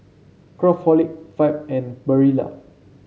Craftholic Fab and Barilla